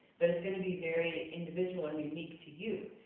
but it's gonna be very individual and unique to you.